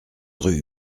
rue